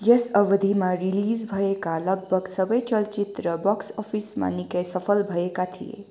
यस अवधिमा रिलिज भएका लगभग सबै चलचित्र बक्स अफिसमा निकै सफल भएका थिए